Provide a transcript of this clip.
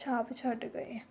ਛਾਪ ਛੱਡ ਗਏ